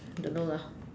I don't know lah